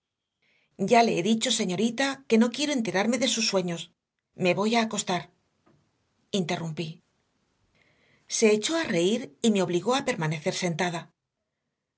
ya le he dicho señorita que no quiero enterarme de sus sueños me voy a acostar interrumpí se echó a reír y me obligó a permanecer sentada